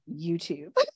YouTube